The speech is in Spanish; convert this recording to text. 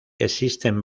existen